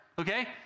okay